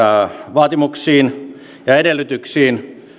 vaatimuksiin ja edellytyksiin